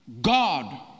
God